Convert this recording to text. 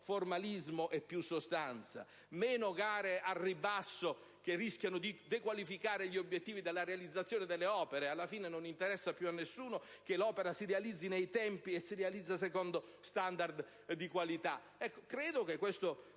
formalismo e più sostanza, meno gare al ribasso che rischiano di dequalificare gli obiettivi della realizzazione delle opere; alla fine non interessa più a nessuno che l'opera si realizzi nei tempi e secondo standard di qualità. Ritengo che questo